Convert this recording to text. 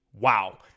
wow